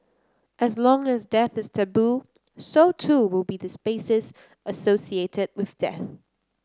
as long as death is taboo so too will be the spaces associated with death